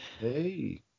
Hey